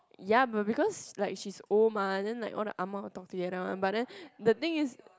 ya but because like she old mah then like one Ah-Ma all talk together one but then the things is